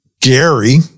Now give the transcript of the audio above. Gary